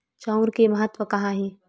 चांउर के महत्व कहां हे?